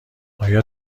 آیا